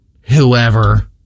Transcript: whoever